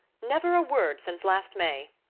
never a word since last may.